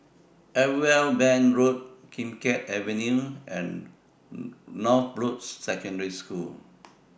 Irwell Bank Road Kim Keat Avenue and Northbrooks Secondary School